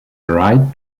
write